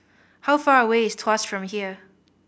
how far away is Tuas from here